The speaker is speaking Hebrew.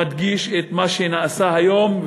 מדגיש את מה שנעשה היום,